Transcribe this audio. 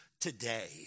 today